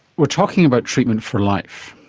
we're talking about treatment for life,